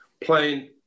playing